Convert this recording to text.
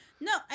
No